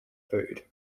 food